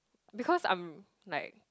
because I'm like